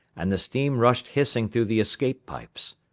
and the steam rushed hissing through the escape-pipes.